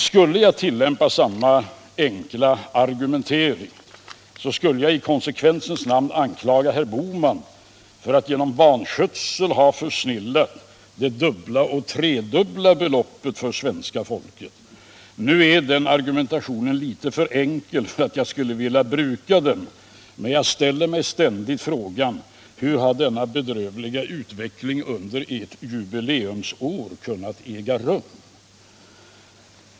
Skulle jag tillämpa denna enkla argumentering skulle jag i konsekvensens namn anklaga herr Bohman för att genom vanskötsel ha försnillat det dubbla och tredubbla beloppet för svenska folket. Nu är den argumentationen litet för enkel för att jag skulle vilja bruka den, men jag ställer mig ständigt frågan: Hur har denna bedrövliga utveckling under ert jubileumsår kunnat äga rum?